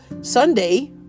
Sunday